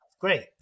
great